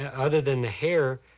and other than the hair,